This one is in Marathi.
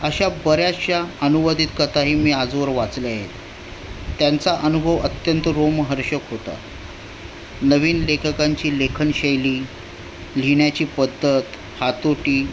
अशा बऱ्याचशा अनुवादित कथाही मी आजवर वाचल्या आहेत त्यांचा अनुभव अत्यंत रोमहर्षक होता नवीन लेखकांची लेखनशैली लिहिण्याची पद्धत हातोटी